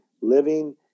Living